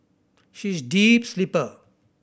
she is a deep sleeper